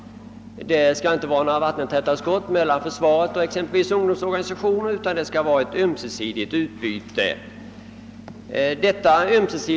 Det skall inte finnas några vattentäta skott mellan exempelvis försvaret och ungdomsorganisationerna, utan det skall vara ett ömsesidigt utbyte av information.